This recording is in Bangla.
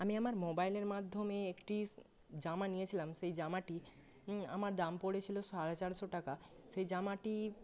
আমি আমার মোবাইলের মাধ্যমে একটি জামা নিয়েছিলাম সেই জামাটি আমার দাম পড়েছিলো সাড়ে চারশো টাকা সেই জামাটি